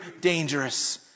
dangerous